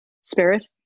spirit